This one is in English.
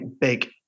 big